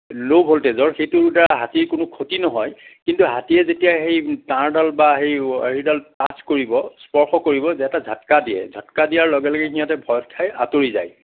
ল' ভল্টেজৰ সেইটোৰ দ্বাৰা হাতীৰ কোনো ক্ষতি নহয় কিন্তু হাতীয়ে যেতিয়া সেই তাঁৰডাল বা সেই সেইডাল টাচ্ছ কৰিব স্পৰ্শ কৰিব এটা ঝাটকা দিয়ে ঝাটকা দিয়াৰ লগে লগে সিহঁতে ভয় খাই আঁতৰি যায়